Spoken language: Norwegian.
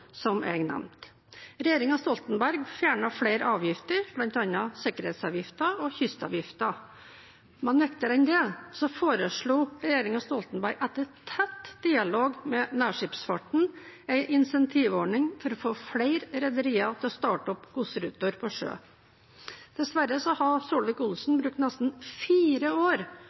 som jeg nevnte. Regjeringen Stoltenberg fjernet flere avgifter, bl.a. sikkerhetsavgiften og kystavgiften, men viktigere enn det: Regjeringen Stoltenberg foreslo, etter tett dialog med nærskipsfarten, en incentivordning for å få flere rederier til å starte opp godsruter på sjø. Dessverre har Solvik-Olsen brukt nesten fire år